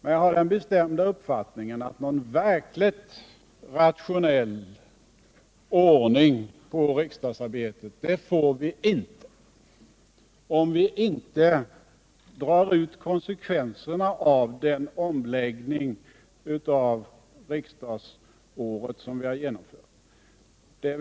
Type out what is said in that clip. Men jag har den bestämda uppfattningen att vi inte får någon verkligt rationell ordning på riksdagsarbetet om vi inte drar ut konsekvenserna av den omläggning av riksdagsåret som vi har genomfört.